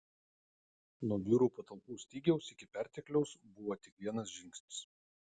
nuo biurų patalpų stygiaus iki pertekliaus buvo tik vienas žingsnis